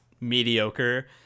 mediocre